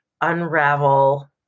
unravel